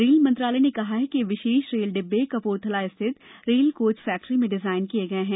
rail मंत्रालय ने कहा है कि यह विशेष रेल डिब्बे कपूरथला स्थित रेल कोच फैक्ट्री में डिजाइन किए गए हैं